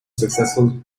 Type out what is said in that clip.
successful